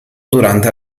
durante